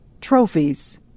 trophies